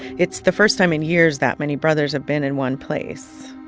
it's the first time in years that many brothers have been in one place.